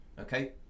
okay